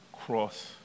cross